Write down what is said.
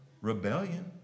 rebellion